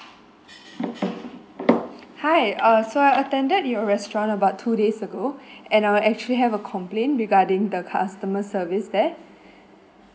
hi uh so I attended your restaurant about two days ago and uh I actually have a complaint regarding the customer service there